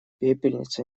пепельница